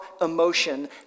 emotion